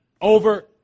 over